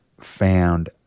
Found